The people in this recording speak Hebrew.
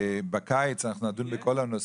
בקיץ אנחנו נדון בכל הנושאים.